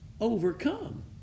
overcome